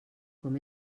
com